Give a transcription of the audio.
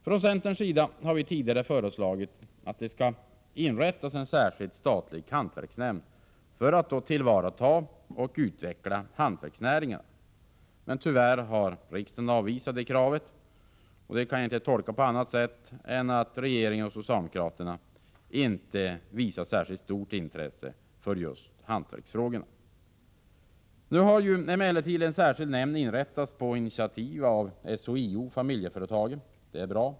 Från centerns sida har vi tidigare föreslagit att en särskild statlig hantverksnämnd skall inrättas för att tillvarata och utveckla hantverksnäringarna. Tyvärr har riksdagen avvisat det kravet, och det kan jag inte tolka på annat sätt än att regeringen och socialdemokraterna inte visar särskilt stort intresse för hantverksfrågorna. Nu har emellertid en särskild nämnd inrättats på initiativ av SHIO Familjeföretagen. Det är bra.